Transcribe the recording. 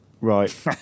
Right